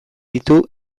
ditu